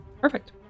Perfect